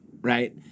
Right